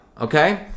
Okay